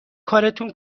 کارتون